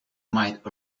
might